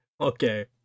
Okay